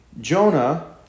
Jonah